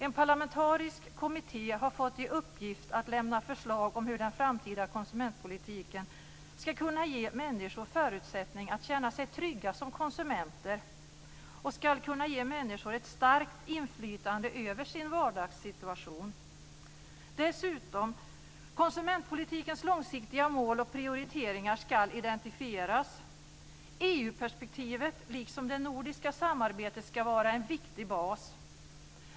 En parlamentarisk kommitté har fått i uppgift att lämna förslag om hur den framtida konsumentpolitiken skall kunna ge människor förutsättningar att känna sig trygga som konsumenter och ge människor ett starkt inflytande över sin vardagssituation. Dessutom skall konsumentpolitikens långsiktiga mål och prioriteringar identifieras. EU-perspektivet, liksom det nordiska samarbetet, skall vara en viktig bas.